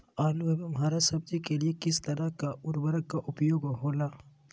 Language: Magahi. आलू एवं हरा सब्जी के लिए किस तरह का उर्वरक का उपयोग होला?